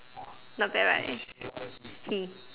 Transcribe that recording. not bad right he